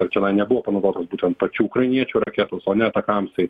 ar čianai nebuvo panaudotos būtent pačių ukrainiečių raketos o ne atakamsai